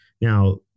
Now